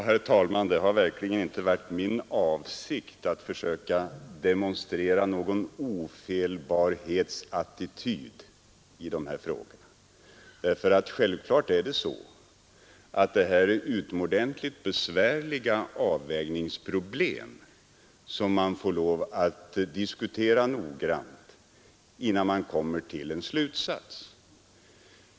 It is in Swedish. Herr talman! Det har verkligen inte varit min avsikt att försöka demonstrera någon ofelbarhetsattityd i dessa frågor. Självklart är det här fråga om utomordentligt besvärliga avvägningsproblem, som man får diskutera noggrant innan man kommer till en slutsats.